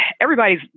everybody's